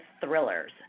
thrillers